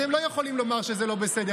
אתם לא יכולים לומר שזה לא בסדר,